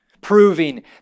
proving